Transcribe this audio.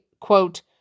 quote